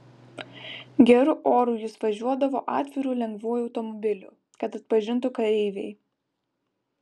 geru oru jis važiuodavo atviru lengvuoju automobiliu kad atpažintų kareiviai